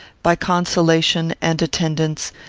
by consolation and attendance,